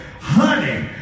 Honey